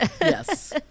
Yes